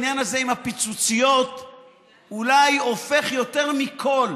העניין הזה עם הפיצוציות אולי הופך יותר מכל